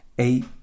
eight